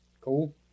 cool